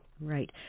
Right